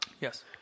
Yes